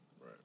Right